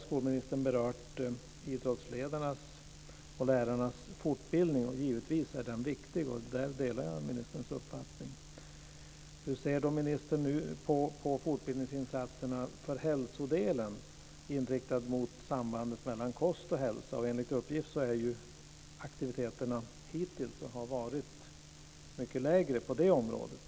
Skolministern har berört idrottsledarnas och lärarnas fortbildning. Givetvis är det viktigt. Där delar jag ministerns uppfattning. Hur ser ministern på fortbildningsinsatserna för hälsodelen, inriktad mot sambandet mellan kost och hälsa? Enligt uppgift har aktiviteterna hittills varit och är mycket lägre på det området.